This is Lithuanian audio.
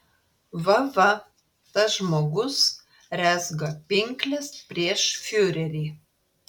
va va tas žmogus rezga pinkles prieš fiurerį